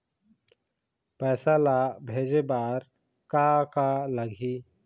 पैसा ला भेजे बार का का लगही?